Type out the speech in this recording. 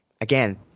again